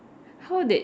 how did